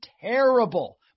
terrible